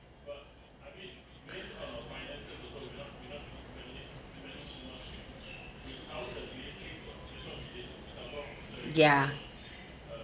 ya